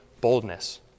boldness